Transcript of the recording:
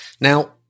Now